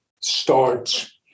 starts